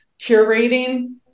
curating